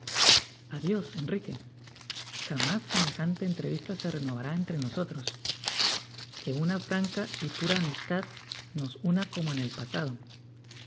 enrique jamás semejante entrevista se renovará entre nosotros que una franca y pura amistad nos una como en el pasado